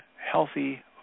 healthy